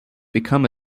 become